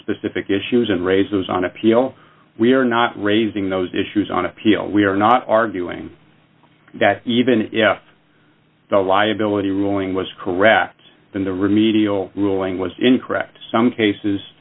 specific issues and raise those on appeal we are not raising those issues on appeal we are not arguing that even if the liability ruling was correct then the remedial ruling was incorrect some cases